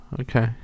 Okay